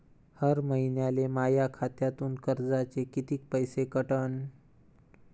हर महिन्याले माह्या खात्यातून कर्जाचे कितीक पैसे कटन?